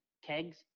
kegs